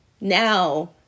now